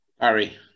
Harry